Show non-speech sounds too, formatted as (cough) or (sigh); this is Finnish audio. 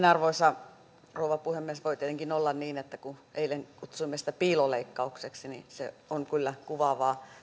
(unintelligible) arvoisa rouva puhemies voi tietenkin olla niin että kun eilen kutsuimme sitä piiloleikkaukseksi niin se on kyllä kuvaavaa